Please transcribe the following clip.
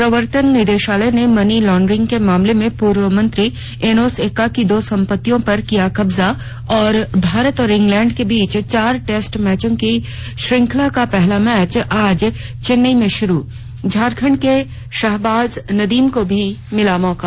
प्रवर्तन निदेशालय ने मनी लांड्रिंग के मामले में पूर्व मंत्री एनोस एक्का की दो संपत्तियों पर किया कब्जा भारत और इंग्लैड के बीच चार टेस्ट मैचों की श्रृंखला का पहला मैच आज चेन्नई में शुरू झारखंड के शाहबाज नदीम को भी मिला मौका